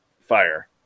fire